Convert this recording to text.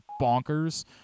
bonkers